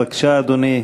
בבקשה, אדוני.